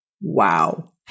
Wow